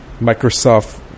Microsoft